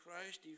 Christ